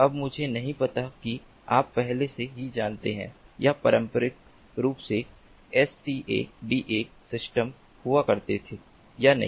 अब मुझे नहीं पता कि आप पहले से ही जानते हैं या पारंपरिक रूप से SCADA सिस्टम हुआ करते थे या नहीं